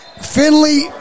finley